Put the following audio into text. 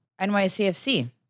NYCFC